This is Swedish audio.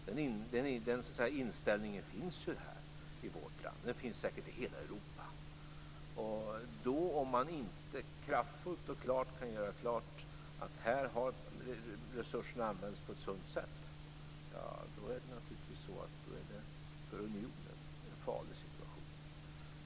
Den inställningen finns här i vårt land, och den finns säkert i hela Europa. Om man inte kraftfullt kan göra klart att resurserna har använts på ett korrekt sätt, är det naturligtvis en för unionen farlig situation.